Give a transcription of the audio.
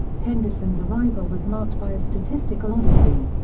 henderson's arrival was marked by a statistical oddity.